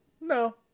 No